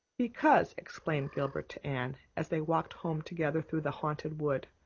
because, explained gilbert to anne, as they walked home together through the haunted wood,